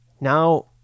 now